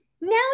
now